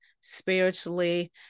spiritually